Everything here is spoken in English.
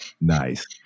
Nice